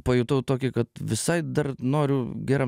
pajutau tokį kad visai dar noriu geram